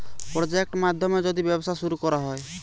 project মাধ্যমে যদি ব্যবসা শুরু করা হয়